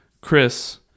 Chris